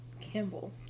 Campbell